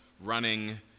running